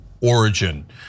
origin